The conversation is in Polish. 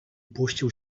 puścił